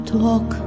talk